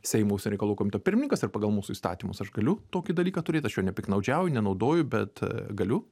seimo užsienio reikalų komiteto pirmininkas ir pagal mūsų įstatymus aš galiu tokį dalyką turėt aš juo nepiktnaudžiauju nenaudoju bet galiu